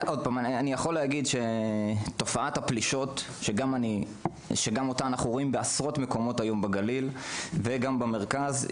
את תופעת הפלישות אנחנו רואים בעשרות מקומת בגליל וגם במרכז.